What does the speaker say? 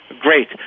Great